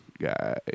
guy